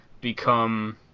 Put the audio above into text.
become